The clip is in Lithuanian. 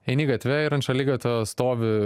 eini gatve ir ant šaligatvio stovi